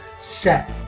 set